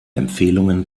empfehlungen